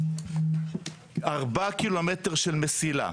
ארבע קילומטר של מסילה,